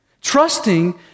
Trusting